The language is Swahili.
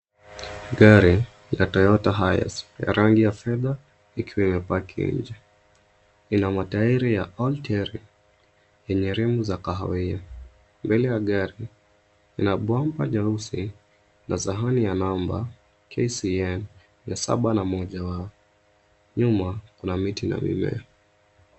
Gari la Toyota Hiace ya rangi ya fedha ikiwa imepaki nje. Ina matairi ya all teary , yenye rimu za kahawia. Mbele ya gari ina bomba jeusi na sahani ya namba KCN 701W . Nyuma kuna miti na mimea.